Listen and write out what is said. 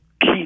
Key